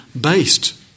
based